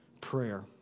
prayer